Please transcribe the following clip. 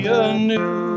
anew